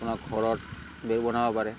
আপোনাৰ ঘৰত বেৰ বনাব পাৰে